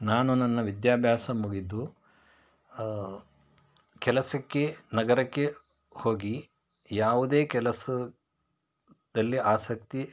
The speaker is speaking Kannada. ನಾನು ನನ್ನ ವಿದ್ಯಾಭ್ಯಾಸ ಮುಗಿದು ಕೆಲಸಕ್ಕೆ ನಗರಕ್ಕೆ ಹೋಗಿ ಯಾವುದೇ ಕೆಲಸದಲ್ಲಿ ಆಸಕ್ತಿ